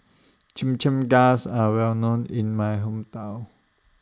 Chimichangas Are Well known in My Hometown